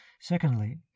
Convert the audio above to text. Secondly